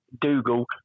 Dougal